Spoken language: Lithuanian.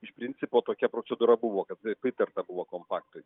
iš principo tokia procedūra buvo kad pritarta buvo tam paktui